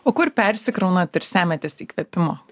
o kur persikraunat ir semiatės įkvėpimo